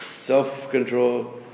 self-control